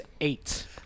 eight